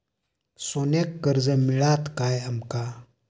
सोन्याक कर्ज मिळात काय आमका?